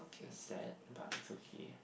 that's sad but it's okay